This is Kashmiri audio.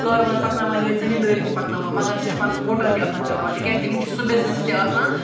کاربار پَکناوان یِہے زمیٖندٲری تہِ پَکناوان مَگَر سُہ چھُ پَنُن ہوٹَل تہِ آسان چَلاوان تکیازِ تٔمِس چھ سُہ بِزنٮ۪س تہِ آسان